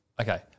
okay